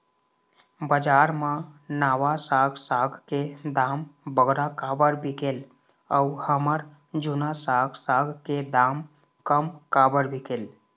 बजार मा नावा साग साग के दाम बगरा काबर बिकेल अऊ हमर जूना साग साग के दाम कम काबर बिकेल?